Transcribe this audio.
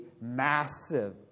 massive